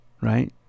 right